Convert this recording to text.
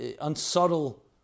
unsubtle